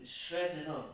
stress you know